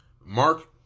Mark